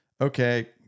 okay